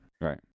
right